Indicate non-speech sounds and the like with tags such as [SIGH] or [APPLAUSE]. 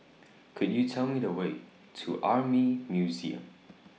[NOISE] Could YOU Tell Me The Way to Army Museum